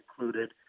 included